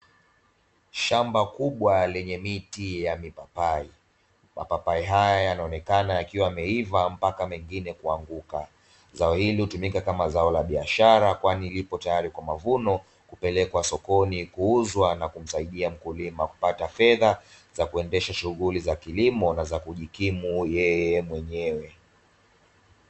Shamba kubwa lenye miti ya mapapai, mapapai haya yanaonekana yakiwa yameiva mpaka mengine kuanguka, zao hili hutumika kama zao la biashara kwani nilipo tayari kwa mavuno kupelekwa sokoni kuuzwa na kumsaidia mkulima kupata fedha za kuendesha shughuli za kilimo na za kujikimu yeye mwenyewe.